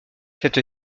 cette